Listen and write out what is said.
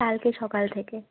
কালকে সকাল থেকে